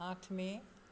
আঠ মে'